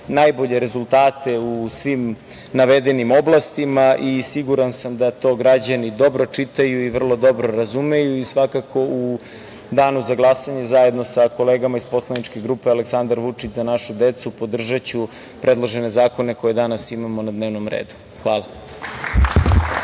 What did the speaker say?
najbolje rezultate u svim navedenim oblastima i siguran sam da to građani dobro čitaju i vrlo dobro razumeju.U danu za glasanje, zajedno sa kolegama iz poslaničke grupe Aleksandar Vučić – Za našu decu, podržaću predložene zakone koje danas imamo na dnevnom redu. Hvala.